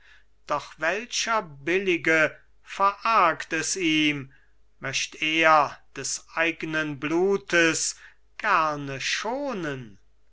doch welcher billige verargt es ihm möcht er des eignen blutes gerne schonen